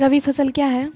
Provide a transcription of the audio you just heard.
रबी फसल क्या हैं?